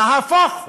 נהפוך הוא: